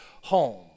home